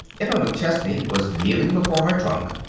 emma mcchesney was kneeling before her trunk,